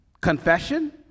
confession